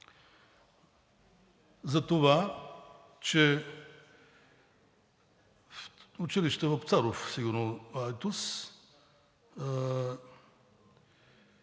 за това, че в училище „Вапцаров“, сигурно в Айтос,